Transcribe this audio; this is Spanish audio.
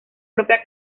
propia